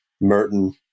Merton